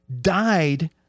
died